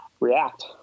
react